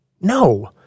No